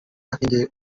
akarenge